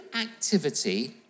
activity